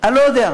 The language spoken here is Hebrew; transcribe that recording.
אני לא יודע,